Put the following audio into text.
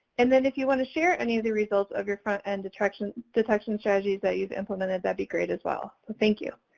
and then if you want to share any of the results of your front-end, attraction, detection strategies that you've implemented that'd be great as well. so thank you.